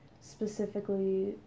specifically